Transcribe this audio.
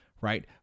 right